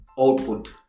Output